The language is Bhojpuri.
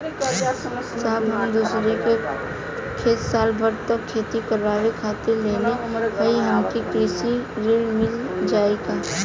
साहब हम दूसरे क खेत साल भर खेती करावे खातिर लेहले हई हमके कृषि ऋण मिल जाई का?